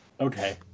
Okay